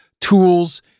tools